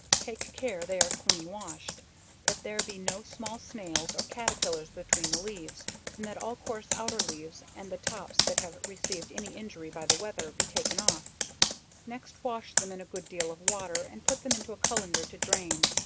take care they are clean washed that there be no small snails, or caterpillars between the leaves and that all coarse outer leaves, and the tops that have received any injury by the weather, be taken off next wash them in a good deal of water, and put them into a cullender to drain,